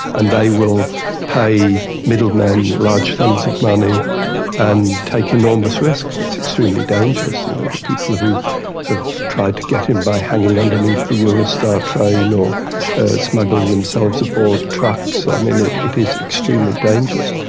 and they will pay middlemen large sums of money and take enormous risks. it's extremely dangerous, you know, the people who have tried to get in by hanging underneath the eurostar train, or smuggling themselves aboard trucks. i mean it it is extremely dangerous.